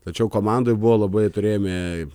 tačiau komandoj buvo labai turėjome